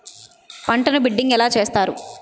పంటను బిడ్డింగ్ ఎలా చేస్తారు?